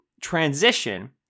transition